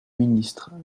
ministre